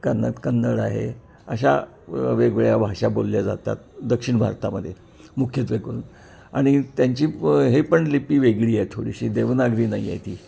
कन्न कन्नड आहे अशा वेगवेगळ्या भाषा बोलल्या जातात दक्षिण भारतामध्ये मुख्यत्वेकरून आणि त्यांची हे पण लिपी वेगळीय थोडीशी देवनागरी नाही आहे ती